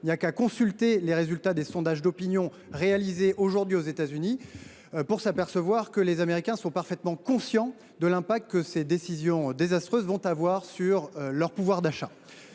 il n’y a qu’à consulter les résultats des sondages d’opinion réalisés aujourd’hui aux États Unis pour s’apercevoir que les Américains sont parfaitement conscients de l’impact que ces décisions désastreuses vont avoir sur leur pouvoir d’achat.